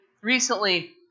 recently